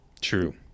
True